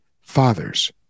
fathers